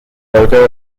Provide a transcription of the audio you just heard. logo